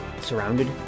surrounded